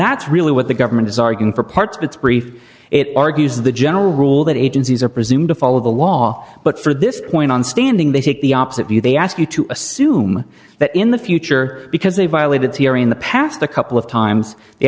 that's really what the government is arguing for parts it's brief it argues the general rule that agencies are presumed to follow the law but for this point on standing they take the opposite view they ask you to assume that in the future because they violated here in the past a couple of times they